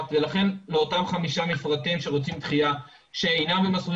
ולכן לאותם חמישה מפרטים שרוצים דחייה שאינם במסלולים